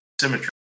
symmetry